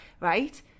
right